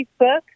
Facebook